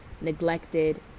neglected